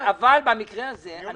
אבל במקרה הזה,